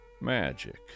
Magic